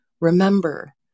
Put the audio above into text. remember